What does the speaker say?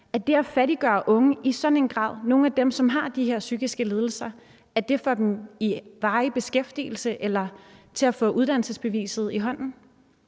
at det at fattiggøre unge – altså nogle af dem, som har de her psykiske lidelser – i sådan en grad får dem i varig beskæftigelse eller til at få uddannelsesbeviset i hånden?